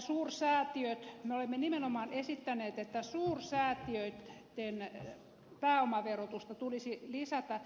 me olemme nimenomaan esittäneet että suursäätiöitten pääomaverotusta tulisi lisätä